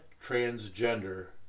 transgender